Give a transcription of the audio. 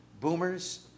boomers